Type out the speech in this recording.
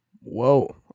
Whoa